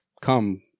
come